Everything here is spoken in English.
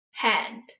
hand